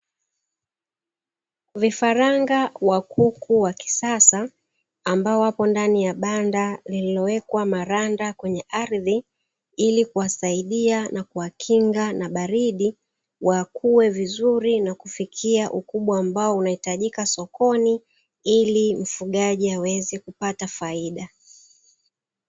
Vifaranga wa kuku wa kisasa ambao wapo ndani ya banda lililowekwa maranda kwenye ardhi ili kuwasaidia na kuwakinga na baridi, wakue vizuri na kufikia ukubwa ambao unaohitajika sokoni ili mfugaji aweze kupata faida.